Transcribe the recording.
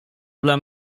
dla